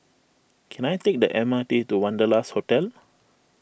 can I take the M R T to Wanderlust Hotel